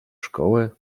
szkoły